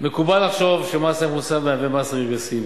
מקובל לחשוב שמס ערך מוסף מהווה מס רגרסיבי,